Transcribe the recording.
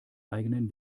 eigenen